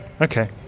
okay